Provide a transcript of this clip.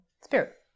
spirit